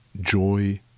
Joy